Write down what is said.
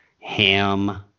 ham